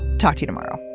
talk to you tomorrow